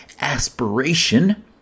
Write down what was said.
aspiration